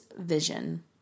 vision